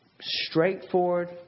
straightforward